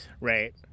Right